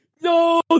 No